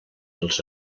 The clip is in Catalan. els